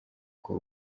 uko